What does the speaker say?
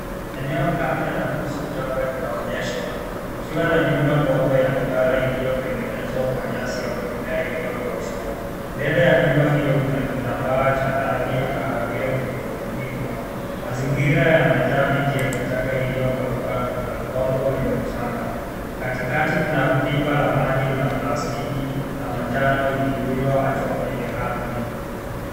Eneo kame la nusu jangwa linaonyeshwa likiwa na nyumba ndogo ya duara iliyotengenezwa kwa nyasi au mimea iliyokaushwa, mbele ya nyumba hiyo kuna kitambaa cha rangi ya kahawia kilichofunikwa, mazingira yamejaa miti ya kichaka iliyokauka na undogo wenye mchanga, katikati kuna pipa la maji la plastiki la manjano lililoachwa kwenye ardhi.